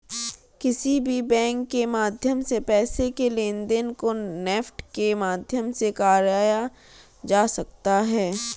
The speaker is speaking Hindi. किसी भी बैंक के माध्यम से पैसे के लेनदेन को नेफ्ट के माध्यम से कराया जा सकता है